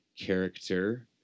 character